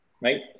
right